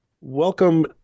Welcome